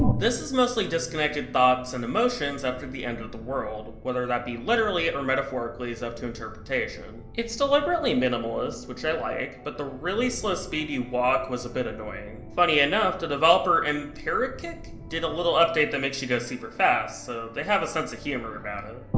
this is mostly disconnected thoughts and emotions after the end of the world, whether that be literally or metaphorically is up to interpretation. it's deliberately minimalist, which i like, but the realllly slow speed you walk was a bit annoying. funny enough, the developer and mpericic? did a little update that makes you go super fast, so they have a sense of humor about it.